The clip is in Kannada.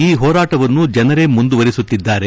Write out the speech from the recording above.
ಈ ಹೋರಾಟವನ್ನು ಜನರೇ ಮುಂದುವರೆಸುತ್ತಿದ್ದಾರೆ